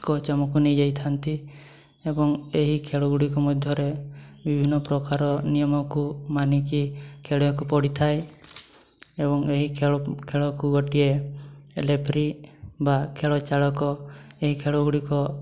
coach ଆମକୁ ନେଇଯାଇଥାନ୍ତି ଏବଂ ଏହି ଖେଳ ଗୁଡ଼ିକ ମଧ୍ୟରେ ବିଭିନ୍ନ ପ୍ରକାର ନିୟମକୁ ମାନିକି ଖେଳିଆକୁ ପଡ଼ିଥାଏ ଏବଂ ଏହି ଖେଳ ଖେଳକୁ ଗୋଟିଏ ରେଫରୀ ବା ଖେଳ ଚାଳକ ଏହି ଖେଳ ଗୁଡ଼ିକ